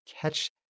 catch